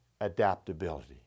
adaptability